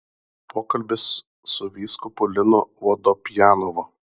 pokalbis su vyskupu linu vodopjanovu